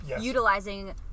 utilizing